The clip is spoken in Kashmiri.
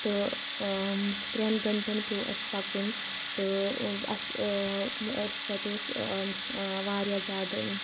تہٕ ترٛٮ۪ن گَنٹَن پیٚو اَسہِ پَکُن تہٕ اَسہِ اَسہِ تَتہِ اوس واریاہ زیادٕ